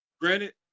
granted